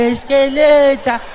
Escalator